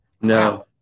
No